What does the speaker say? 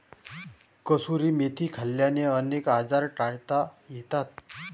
कसुरी मेथी खाल्ल्याने अनेक आजार टाळता येतात